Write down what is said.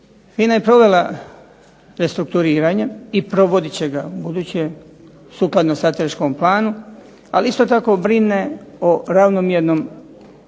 FINA je provela restrukturiranje i provodite će ga ubuduće sukladno strateškom planu, ali isto tako brine o ravnomjernom